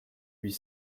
huit